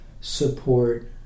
support